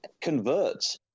converts